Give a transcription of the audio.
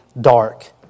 dark